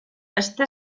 està